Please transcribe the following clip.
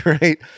right